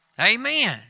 Amen